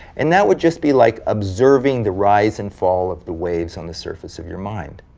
and that would just be like observing the rise and fall of the waves on the surface of your mind.